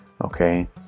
okay